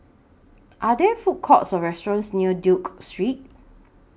Are There Food Courts Or restaurants near Duke Street